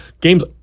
games